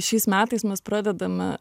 šiais metais mes pradedame